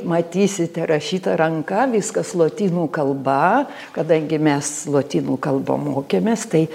matysite rašyta ranka viskas lotynų kalba kadangi mes lotynų kalbą mokėmės tai